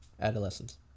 adolescents